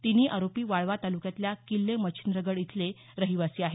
तिन्ही आरोपी वाळवा तालुक्यातल्या किल्ले मच्छिंद्रगड इथले रहिवासी आहेत